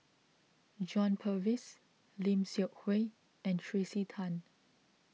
John Purvis Lim Seok Hui and Tracey Tan